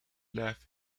left